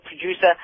producer